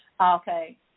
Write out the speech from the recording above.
Okay